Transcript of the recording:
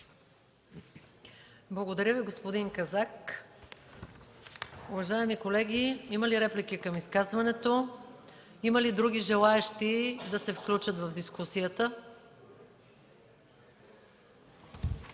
Благодаря Ви, господин Казак. Уважаеми колеги, има ли реплики към изказването? Има ли други желаещи да се включат в дискусията?